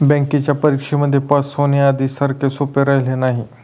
बँकेच्या परीक्षेमध्ये पास होण, आधी सारखं सोपं राहिलेलं नाही